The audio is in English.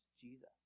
Jesus